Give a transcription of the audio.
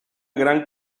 gran